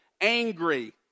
angry